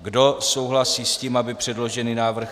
Kdo souhlasí s tím, aby předložený návrh...